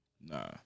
Nah